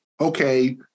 okay